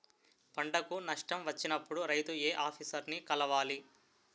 పంటకు నష్టం వచ్చినప్పుడు రైతు ఏ ఆఫీసర్ ని కలవాలి?